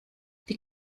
die